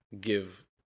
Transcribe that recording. give